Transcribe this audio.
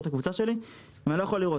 את הקבוצה שלי אבל לא יכולתי לראות.